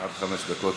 עד חמש דקות,